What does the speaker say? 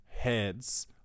Heads